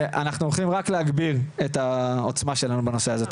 שאנחנו הולכים רק להגביר את העוצמה שלנו בנושא הזה.